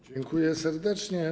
Dziękuję serdecznie.